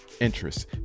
Interests